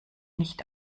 nicht